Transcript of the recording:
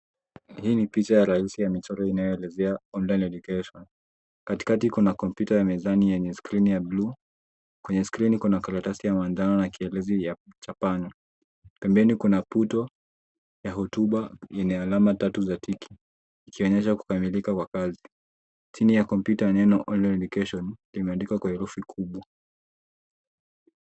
Hii ni picha ya rahisi ya michoro inayoelezea online eductaion . Katikati kuna kompyuta ya mezani yenye skrini ya bluu. Kuna skrini kuna ka ya ma na kielezi ya Japan. Pembeni kuna puto ya hotuba linayo namba tatu za tick ikionyesha kukamilika kwa kazi. Chini ya kompyuta kuna neno online education imeandikwa kwa herufi kubwa.